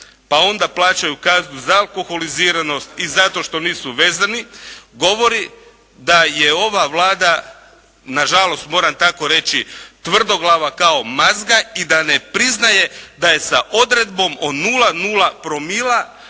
pa onda plaćaju kaznu za alkoholiziranost i zato što nisu vezani, govori da je ova Vlada, nažalost moram tako reći tvrdoglava kao mazga i da ne priznaje da je sa odredbom o 0,0 promila